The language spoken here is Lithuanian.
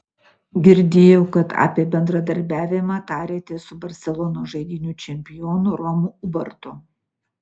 girdėjau kad apie bendradarbiavimą tarėtės su barselonos žaidynių čempionu romu ubartu